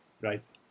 Right